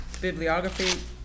bibliography